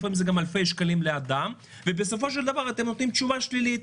לפעמים גם אלפי שקלים לאדם ובסופו של דבר אתם נותנים תשובה שלילית.